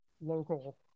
local